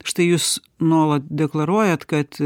štai jūs nuolat deklaruojat kad